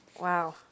Wow